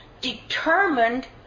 determined